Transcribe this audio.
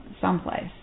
someplace